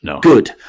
Good